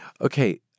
Okay